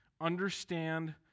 understand